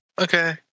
Okay